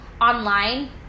online